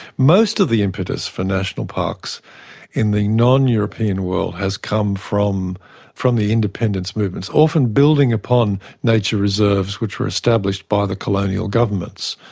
most of the impetus for national parks in the non-european world has come from from the independence movements, often building upon nature reserves which were established by the colonial governments,